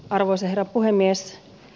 arvoisa herra puhemies